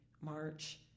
March